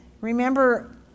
Remember